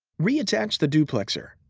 reattach the duplexer.